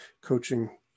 coaching